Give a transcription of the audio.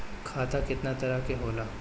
खाता केतना तरह के होला?